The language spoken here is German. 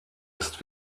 ist